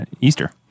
easter